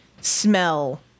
smell